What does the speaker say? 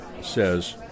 says